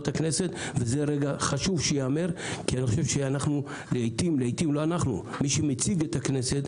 הכנסת וזה רגע חשוב שייאמר כי לעיתים מי שמציג את הכנסת,